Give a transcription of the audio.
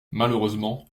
malheureusement